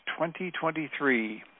2023